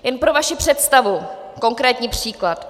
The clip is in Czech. Jen pro vaši představu konkrétní příklad.